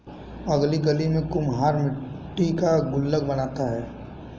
अगली गली में कुम्हार मट्टी का गुल्लक बनाता है